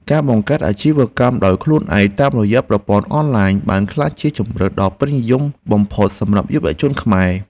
ការបង្កើតអាជីវកម្មដោយខ្លួនឯងតាមរយៈប្រព័ន្ធអនឡាញបានក្លាយជាជម្រើសដ៏ពេញនិយមបំផុតសម្រាប់យុវជនខ្មែរ។